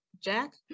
Jack